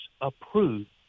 approved